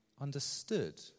understood